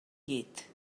llit